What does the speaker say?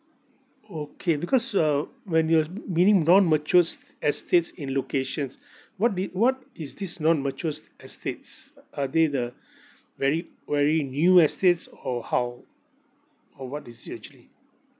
okay because uh when you're meaning non mature estates in locations what did what is this non mature estates uh are the very very new estates or how or what is it actually